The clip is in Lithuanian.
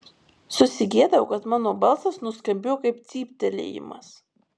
susigėdau kad mano balsas nuskambėjo kaip cyptelėjimas